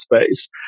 space